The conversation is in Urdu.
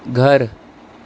گھر